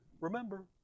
Remember